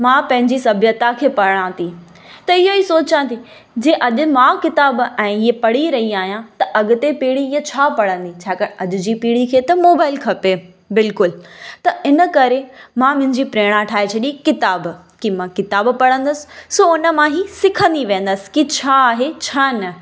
मां पंहिंजी सभ्यता खे पढ़ां थी त इहो ई सोचां थी जे मां किताब ऐं इहे पढ़ी रयी आहियां त अॻिते पीढ़ी इहा छा पढ़ंदी छाकाणि अॼ जी पीढ़ी खे त मोबाइल खपे बिल्कुलु त इन करे मां मुंहिंजी प्रेरणा ठाहे छॾी किताब की मां किताब पढ़ंदसि सो उन मां ही सिखंदी वेंदसि की छा आहे छा न